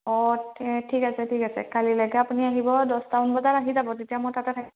অঁ তে ঠিক আছে ঠিক আছে কালিলৈকে আপুনি আহিব দহটা মান বজাত আহি যাব তেতিয়া মই তাতে থাকিম